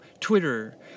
Twitter